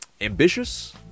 ambitious